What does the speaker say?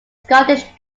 scottish